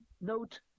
Note